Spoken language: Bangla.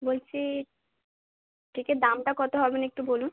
বলছি কেকের দামটা কত হবেন একটু বলুন